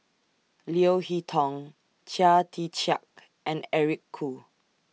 Leo Hee Tong Chia Tee Chiak and Eric Khoo